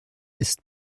ist